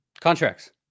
Contracts